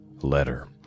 letter